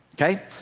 Okay